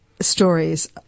stories